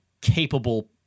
capable